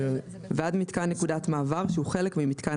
ועד מיתקן נקודת מעבר שהוא חלק ממיתקן